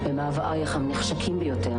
וכך נולד הסרט שלי "על כיסא הבמאי יושבת אישה",